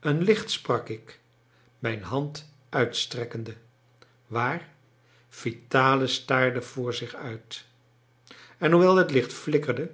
een licht sprak ik mijn hand uitstrekkende waar vitalis staarde voor zich uit en hoewel het licht flikkerde